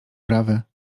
prawe